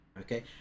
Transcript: okay